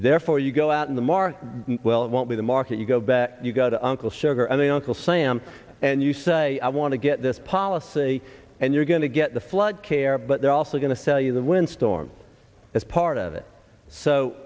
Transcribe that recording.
therefore you go out in the market well it won't be the market you go back you go to uncle sugar and they don't call sam and you say i want to get this policy and you're going to get the flood care but they're also going to sell you the windstorm as part of it so